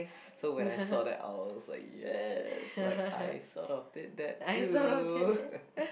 so when I saw that I was like yes like I sort of did that too